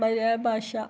മലയാള ഭാഷ